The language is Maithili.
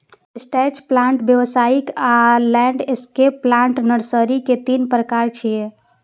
स्ट्रेच प्लांट, व्यावसायिक आ लैंडस्केप प्लांट नर्सरी के तीन प्रकार छियै